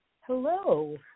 Hello